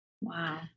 Wow